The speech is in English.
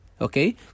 Okay